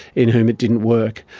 in whom it didn't work.